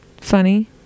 funny